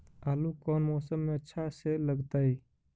आलू कौन मौसम में अच्छा से लगतैई?